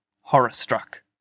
horror-struck